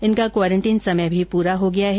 इनका क्वारंटीन समय भी पूरा हो गया है